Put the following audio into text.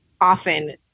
often